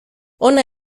hona